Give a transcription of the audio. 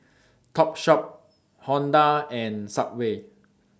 Topshop Honda and Subway